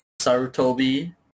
Sarutobi